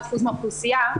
51% מהאוכלוסייה,